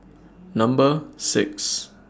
Number six